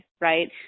right